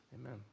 amen